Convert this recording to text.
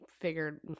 figured